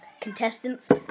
contestants